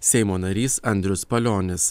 seimo narys andrius palionis